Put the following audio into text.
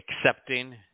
accepting